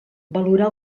valorar